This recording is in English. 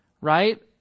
right